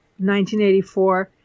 1984